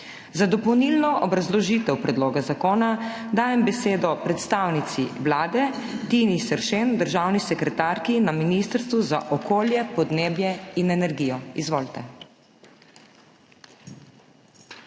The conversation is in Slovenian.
Za dopolnilno obrazložitev predloga zakona dajem besedo predstavnici Vlade mag. Tini Seršen, državni sekretarki Ministrstva za okolje, podnebje in energijo. Izvolite.